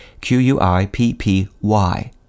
Q-U-I-P-P-Y